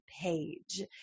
page